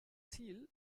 ziel